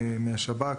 מהשב"כ.